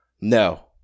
No